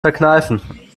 verkneifen